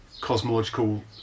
cosmological